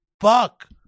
Fuck